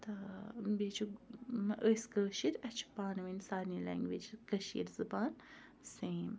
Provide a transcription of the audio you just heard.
تہٕ بیٚیہِ چھِ أسۍ کٲشِرۍ اَسہِ چھُ پانہٕ ؤنۍ سارنی لینٛگویج کٔشیٖر زبان سیم